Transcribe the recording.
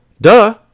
Duh